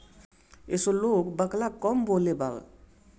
असो लोग बकला कम बोअलेबा